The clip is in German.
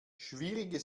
schwierige